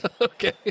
Okay